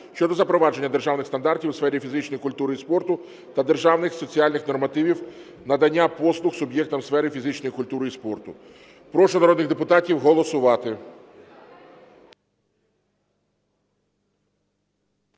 щодо запровадження державних стандартів у сфері фізичної культури і спорту та державних соціальних нормативів надання послуг суб'єктами сфери фізичної культури і спорту. Прошу народних депутатів голосувати.